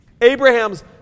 Abraham's